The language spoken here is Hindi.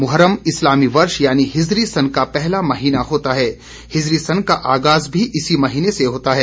मुहर्रम इस्लामी वर्ष यानि हिजरी सन का पहला महीना होता है हिजरी सन का आगाज़ भी इसी महीने से होता है